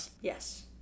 Yes